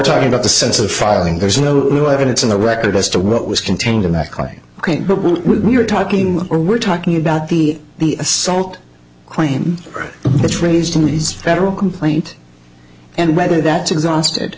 talking about the sense of filing there's no real evidence in the record as to what was contained in back i think we're talking we're talking about the the assault claim that's raised in these federal complaint and whether that exhausted